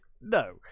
No